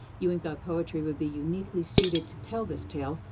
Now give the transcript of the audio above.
ewing thought poetry would be uniquely suited to tell this tale,